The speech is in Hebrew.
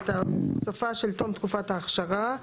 סופה של תום תקופת האכשרה,